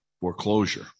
foreclosure